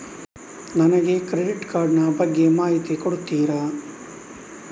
ನನಗೆ credit card ಬಗ್ಗೆ ಮಾಹಿತಿ ಕೊಡುತ್ತೀರಾ?